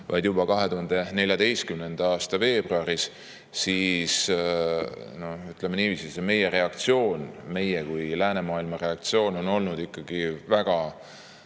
vaid juba 2014. aasta veebruaris, siis, ütleme niiviisi, meie kui läänemaailma reaktsioon on olnud ikkagi